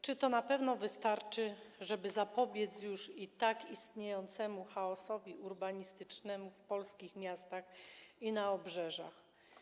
Czy to na pewno wystarczy, żeby zapobiec i tak już istniejącemu chaosowi urbanistycznemu w polskich miastach i na ich obrzeżach?